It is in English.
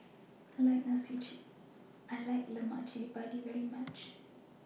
I like Lemak Cili Padi very much